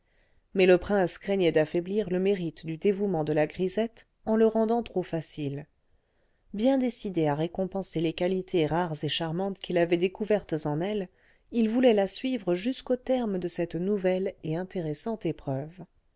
mais le prince craignait d'affaiblir le mérite du dévouement de la grisette en le rendant trop facile bien décidé à récompenser les qualités rares et charmantes qu'il avait découvertes en elle il voulait la suivre jusqu'au terme de cette nouvelle et intéressante épreuve